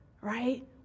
right